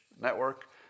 network